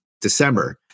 December